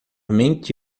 mente